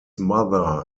mother